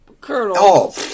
Colonel